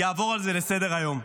יעבור על זה לסדר-היום.